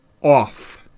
off